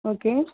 okay